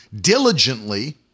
diligently